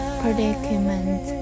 predicament